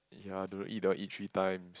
ya don't eat they all eat three times